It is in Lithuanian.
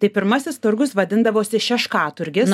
tai pirmasis turgus vadindavosi šeškaturgis